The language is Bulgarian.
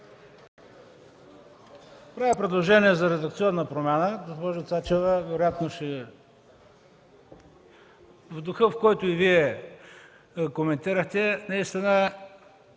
предложение за редакционна промяна.